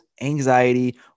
anxiety